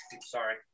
sorry